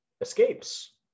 escapes